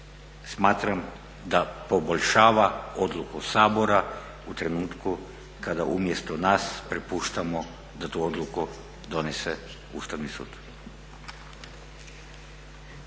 smatram da poboljšava odluku Sabora u trenutku kada umjesto nas prepuštamo da tu odluku donese Ustavni sud.